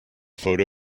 photo